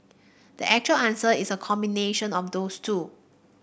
the actual answer is a combination of those two